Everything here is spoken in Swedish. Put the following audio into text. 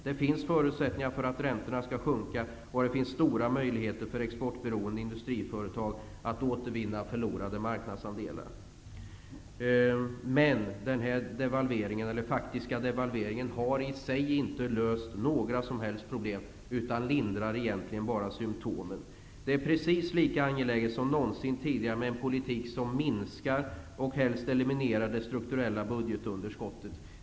Det finns förutsättningar för att räntorna skall sjunka, och det finns stora möjligheter för exportberoende industriföretag att återvinna förlorade marknadsandelar. Den faktiska devalveringen har dock i sig inte löst några problem utan lindrar egentligen bara symtomen. Det är precis lika angeläget som någonsin tidigare med en politik som minskar och helst eliminerar det strukturella budgetunderskottet.